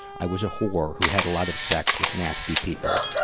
i was a whore who had a lot of sex with nasty people.